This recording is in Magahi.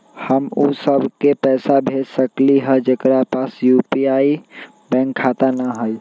हम उ सब लोग के पैसा भेज सकली ह जेकरा पास यू.पी.आई बैंक खाता न हई?